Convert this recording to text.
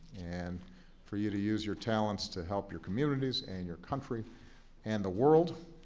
and for you to use your talents to help your communities and your country and the world.